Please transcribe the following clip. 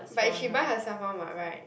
but it she buy herself [one] [what] [right]